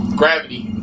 gravity